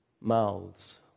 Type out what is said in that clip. mouths